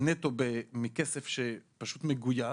נטו מכסף שפשוט מגויס.